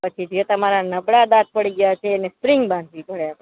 પછી જે તમારા નબળા દાંત પડી ગયા છે એને સ્પ્રિંગ બાંધવી પડે